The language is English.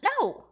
No